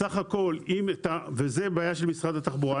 סך הכול אם את ה --- וזה בעיה של משרד התחבורה,